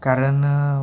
कारण